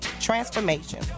Transformation